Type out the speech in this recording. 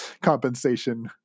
compensation